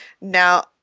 Now